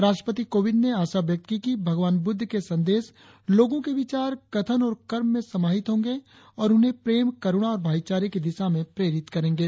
राष्ट्रपति कोविंद ने आशा व्यक्त की कि भगवान बुद्ध के संदेश लोगों के विचार कथन और कर्म में समाहित होंगे और उन्हें प्रेम करुणा और भाईचारे की दिशा में प्रेरित करेंगे